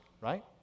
right